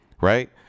right